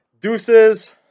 deuces